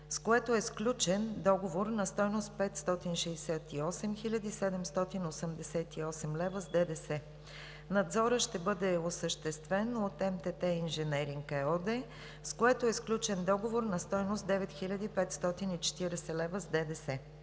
с което е сключен договор на стойност 568 хил. 788 лв. с ДДС. Надзорът ще бъде осъществен от „МТТ Инженеринг“ ЕООД, с което е сключен договор на стойност 9 хил. 540 лв. с ДДС.